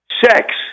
sex